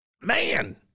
man